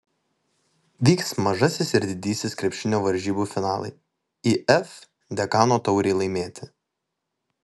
vyks mažasis ir didysis krepšinio varžybų finalai if dekano taurei laimėti